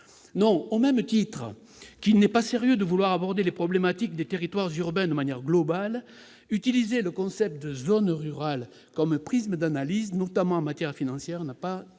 Au même titre qu'il n'est pas sérieux de vouloir aborder les problématiques des territoires urbains de manière globale, utiliser le concept de « zones rurales » comme prisme d'analyse, notamment en matière financière, n'a pas de sens.